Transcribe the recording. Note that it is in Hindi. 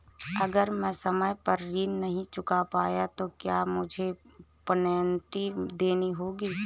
अगर मैं समय पर ऋण नहीं चुका पाया तो क्या मुझे पेनल्टी देनी होगी?